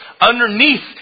underneath